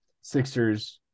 Sixers